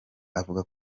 avuga